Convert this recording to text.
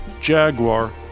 Jaguar